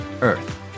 earth